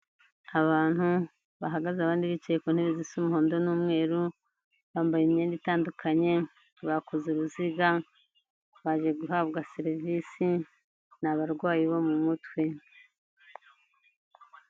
Abantu bahagaze abandi bicaye ku ntebe zisa umuhondo n'umweru, bambaye imyenda itandukanye, bakoze uruziga, baje guhabwa serivisi, ni abarwayi bo mu mutwe.